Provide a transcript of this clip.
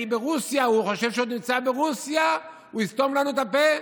הוא חושב שהוא עוד נמצא ברוסיה והוא יסתום לנו את הפה?